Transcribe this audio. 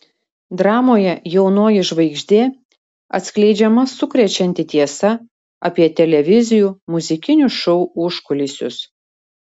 dramoje jaunoji žvaigždė atskleidžiama sukrečianti tiesa apie televizijų muzikinių šou užkulisius